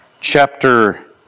chapter